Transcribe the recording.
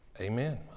Amen